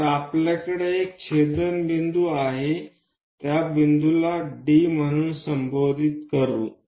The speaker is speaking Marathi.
तर आपल्याकडे एक छेदनबिंदू आहे त्या बिंदूला D म्हणून संबोधित करू